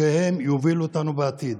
כדי שהם יובילו אותנו בעתיד.